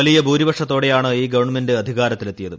വലിയ ഭൂരിപക്ഷത്തോടെയാണ് ഈ ഗവൺമെന്റ് അധികാരത്തിലെത്തിയത്